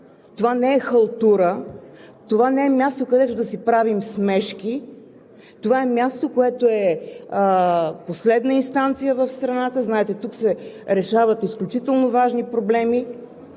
Това не е халтура, това не е място, където да си правим смешки, това е място, което е последна инстанция в страната, знаете, тук се решават изключително важни проблеми